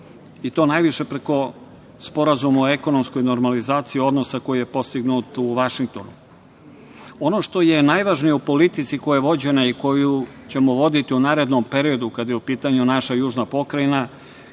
i to najviše preko Sporazuma o ekonomskoj normalizaciji odnosa koji je postignut u Vašingtonu. Ono što je najvažnije u politici koja je vođena i koju ćemo voditi u narednom periodu, kada je u pitanju naša južna pokrajina